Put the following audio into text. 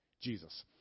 Jesus